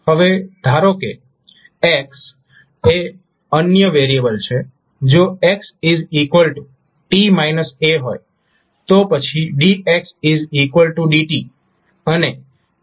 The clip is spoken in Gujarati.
હવે ધારો કે x એ અન્ય વેરીએબલ છે જો x t − a હોય તો પછી dx dt અને t x a છે